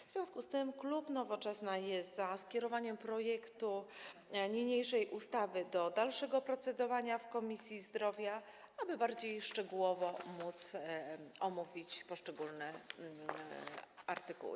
W związku z tym klub Nowoczesna jest za skierowaniem projektu niniejszej ustawy do dalszego procedowania w Komisji Zdrowia, aby móc bardziej szczegółowo omówić poszczególne artykuły.